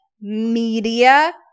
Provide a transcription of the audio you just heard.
media